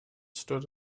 stood